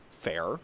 fair